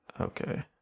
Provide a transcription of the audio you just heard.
Okay